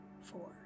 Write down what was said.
four